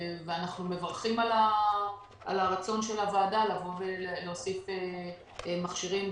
אנחנו מברכים על הרצון של הוועדה להוסיף מכשירים,